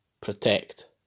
protect